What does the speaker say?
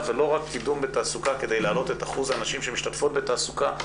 ולא רק קידום בתעסוקה כדי להעלות את אחוז הנשים שמשתתפות בתעסוקה,